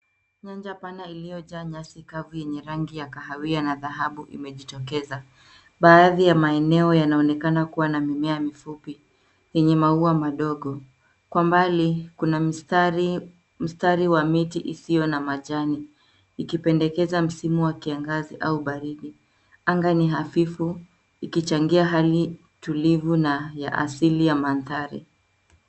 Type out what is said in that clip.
Nyanja pana iliyojaa nyasi kavu yenye rangi ya kahawia na dhahabu imejitokeza. Baadhi ya maeneo yanaonekana kuwa na mimea mifupi yenye maua madogo. Kwa mbali kuna mstari wa miti isiyo na majani ikipendekeza msimu wa kiangaza au baridi. Anga ni hafifu ikichangia hali tulivu na ya asili ya mandhari.